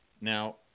Now